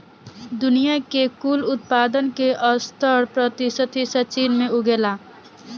दुनिया के कुल उत्पादन के सत्तर प्रतिशत हिस्सा चीन में उगेला